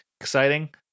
Exciting